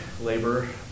labor